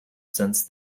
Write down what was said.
since